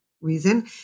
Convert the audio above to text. reason